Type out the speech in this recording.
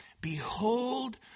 behold